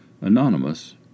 Anonymous